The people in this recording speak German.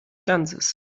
ganzes